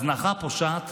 הזנחה פושעת